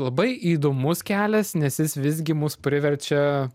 labai įdomus kelias nes jis visgi mus priverčia